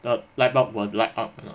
the light bulb will light up or not